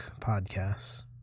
podcasts